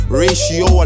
ratio